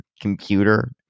computer